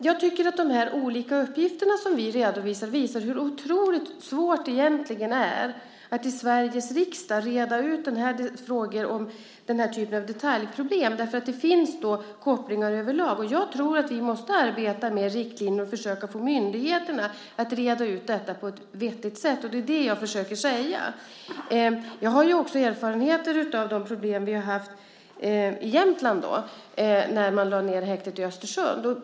Jag tycker att de här olika uppgifterna som vi redovisar visar hur otroligt svårt det egentligen är att i Sveriges riksdag reda ut den här typen av detaljproblem, för det finns kopplingar överlag. Jag tror att vi måste arbeta med riktlinjer och försöka få myndigheterna att reda ut detta på ett vettigt sätt. Det är det jag försöker säga. Jag har också erfarenheter av de problem vi har haft i Jämtland när man lade ned häktet i Östersund.